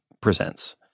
presents